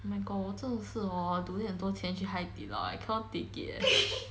oh my god 我真的是 hor donate 很多钱去海底捞 I cannot take it eh